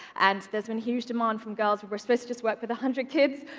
and there's been huge demand from girls. where we're supposed to just work with a hundred kids,